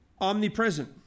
omnipresent